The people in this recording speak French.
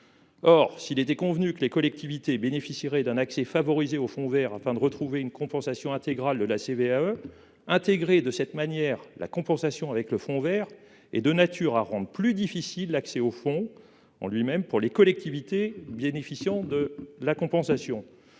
Or, s'il était bien convenu que les collectivités bénéficieraient d'un accès favorisé au fonds vert pour retrouver une compensation intégrale de la CVAE, intégrer de cette manière la compensation au sein du fonds vert est de nature à rendre plus difficile l'accès au fonds lui-même pour les collectivités bénéficiant de la compensation.